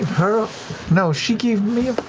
her no, she gave me a